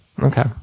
Okay